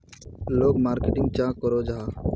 लोग मार्केटिंग चाँ करो जाहा?